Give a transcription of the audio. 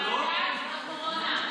ועדת הקורונה.